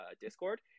Discord